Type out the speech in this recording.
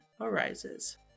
arises